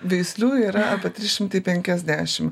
veislių yra apie trys šimtai penkiasdešimt